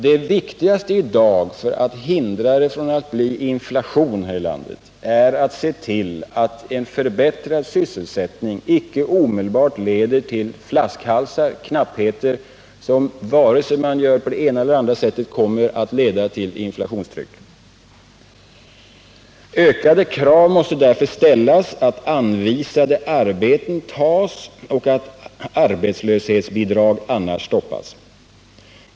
Det viktigaste i dag för att hindra en inflation här i landet är att se till att en förbättrad sysselsättning inte omedelbart leder till flaskhalsar och knappheter, vilka — vare sig man gör det på det ena eller det andra sättet — kommer att leda till inflationstryck. Ökade krav måste därför ställas på att anvisade arbeten tas och att arbetslöshetsbidrag annars stoppas.